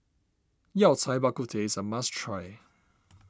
Yao Cai Bak Kut Teh is a must try